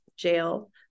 jail